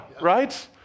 right